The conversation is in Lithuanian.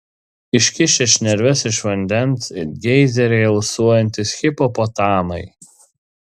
iškišę šnerves iš vandens it geizeriai alsuojantys hipopotamai